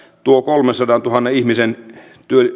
tuo kolmensadantuhannen ihmisen